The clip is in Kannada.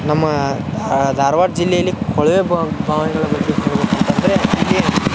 ನಮ್ಮ ಧಾರ್ವಾಡ ಜಿಲ್ಲೆಯಲ್ಲಿ ಕೊಳವೆ ಬಾವಿಗಳ ಬಗ್ಗೆ ಹೇಳ್ಬೇಕು ಅಂತಂದರೆ ಇಲ್ಲಿ